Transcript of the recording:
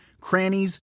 crannies